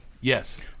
Yes